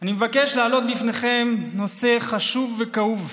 אני מבקש להעלות בפניכם נושא חשוב וכאוב,